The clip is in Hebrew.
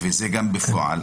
וזה גם בפועל,